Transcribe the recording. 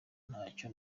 ntacyo